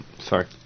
Sorry